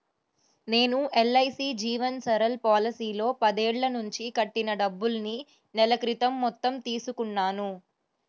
నేను ఎల్.ఐ.సీ జీవన్ సరల్ పాలసీలో పదేళ్ళ నుంచి కట్టిన డబ్బుల్ని నెల క్రితం మొత్తం తీసుకున్నాను